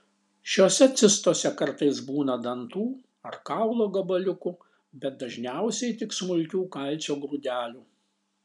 šiose cistose kartais būna dantų ar kaulo gabaliukų bet dažniausiai tik smulkių kalcio grūdelių